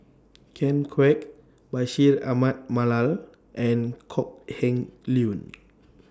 Ken Kwek Bashir Ahmad Mallal and Kok Heng Leun